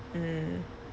mm